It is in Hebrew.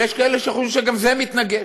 ויש כאלה שחושבים שגם זה מתנגש.